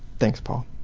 thanks, paul.